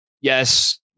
Yes